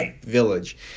village